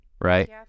right